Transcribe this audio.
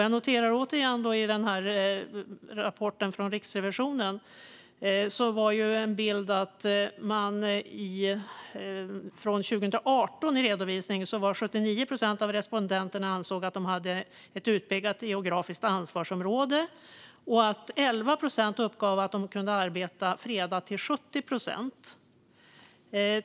Jag noterar återigen hur det var i rapporten från Riksrevisionen. Det var en bild från 2018 i redovisningen. Då ansåg 79 procent att de hade ett utpekat geografiskt ansvarsområde, och 11 procent uppgav att de kunde arbeta fredat till 70 procent.